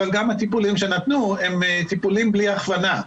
אבל גם הטיפולים שנתנו הם טיפולים בלי הכוונה.